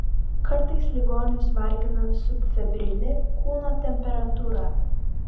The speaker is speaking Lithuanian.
kartais ligonius vargina subfebrili kūno temperatūra